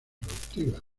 productivas